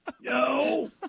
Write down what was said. No